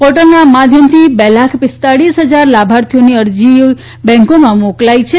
પોર્ટલનાં માધ્યમથી બે લાખ પીસ્તાળીસ હજાર લાભાર્થીઓની અરજી બેંકોમાં મોકલાઈ છે